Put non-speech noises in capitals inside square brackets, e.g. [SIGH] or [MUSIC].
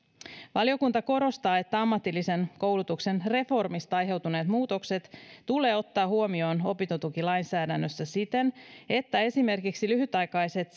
valiokunta korostaa että ammatillisen koulutuksen reformista aiheutuneet muutokset tulee ottaa huomioon opintotukilainsäädännössä siten että esimerkiksi lyhytaikaiset [UNINTELLIGIBLE]